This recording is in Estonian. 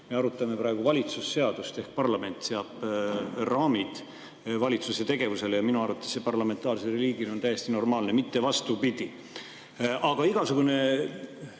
Me arutame praegu valitsuse seadust, parlament seab raamid valitsuse tegevusele ja minu arvates on see parlamentaarses riigis täiesti normaalne, mitte vastupidi. Aga igasugune